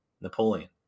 Napoleon